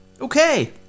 okay